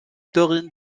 taurine